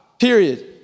period